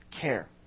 care